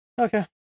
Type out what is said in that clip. Okay